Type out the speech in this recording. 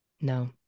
no